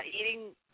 eating